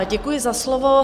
Děkuji za slovo.